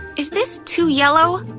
is this too yellow?